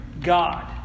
God